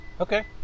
okay